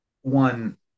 one